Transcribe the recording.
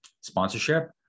sponsorship